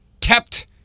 kept